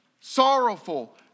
sorrowful